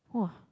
!wah!